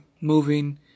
moving